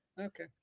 Okay